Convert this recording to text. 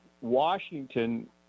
Washington